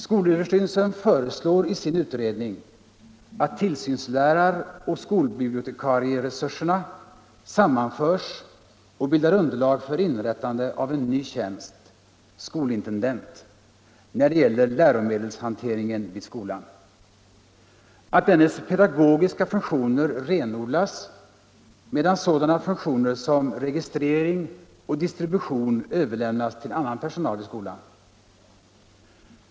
Skolöverstyrelsen föreslår i sin utredning att tillsynsläraroch skolbibliotekarieresurserna sammanförs och bildar underlag för inrättande av en ny tjänst, skolintendent, när det gäller läromedelshanteringen vid skolan, att dennes pedagogiska funktioner renodlas, medan sådana funktioner som registrering och distribution överlämnas till annan personal vid skolan.